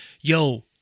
yo